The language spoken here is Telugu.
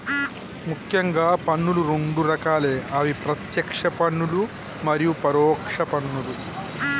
ముఖ్యంగా పన్నులు రెండు రకాలే అవి ప్రత్యేక్ష పన్నులు మరియు పరోక్ష పన్నులు